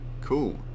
cool